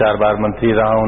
चार बार मंत्री रहा हूं